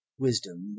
wisdom